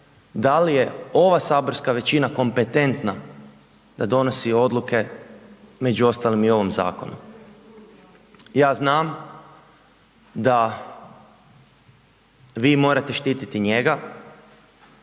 da li je ova saborska većina kompetentna da donosi odluke, među ostalim i ovom zakonu. Ja znam da vi morate štititi njega,